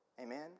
Amen